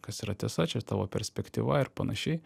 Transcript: kas yra tiesa čia tavo perspektyva ir panašiai